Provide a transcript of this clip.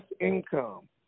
income